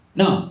now